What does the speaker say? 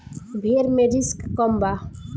भेड़ मे रिस्क कम बा